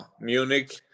Munich